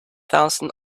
thousand